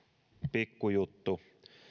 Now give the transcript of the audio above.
pikku juttu